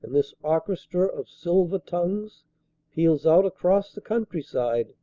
and this orchestra of silver tongues peals out across the countryside